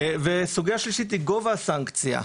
סוגיה שלישית גובה הסנקציה.